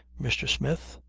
mr. smith.